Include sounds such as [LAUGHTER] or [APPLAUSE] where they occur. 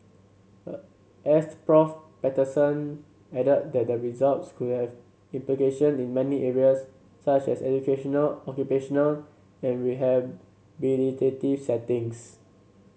[HESITATION] Asst Prof Patterson added that the results could have implication in many areas such as educational occupational and rehabilitative settings